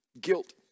Guilt